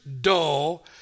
dull